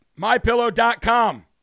MyPillow.com